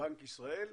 בנק ישראל,